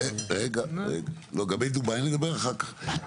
לגבי דובאי נדבר אחר כך.